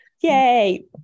Yay